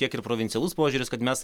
tiek ir provincialus požiūris kad mes